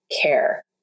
care